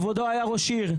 כבודו היה ראש עיר.